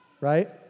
right